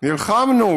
נלחמנו.